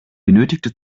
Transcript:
benötigte